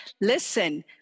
listen